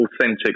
authentic